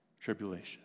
Tribulation